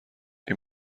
این